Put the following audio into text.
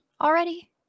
already